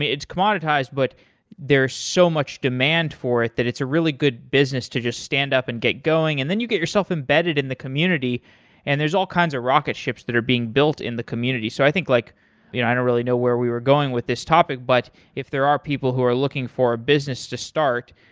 but there's so much demand for it that it's a really good business to just stand up and get going, and then you get yourself embedded in the community and there's all kinds are rocket ships that are being built in the community. so i think like you know i don't really know where we were going with this topic, but if there are people who are looking for a business to start,